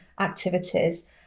activities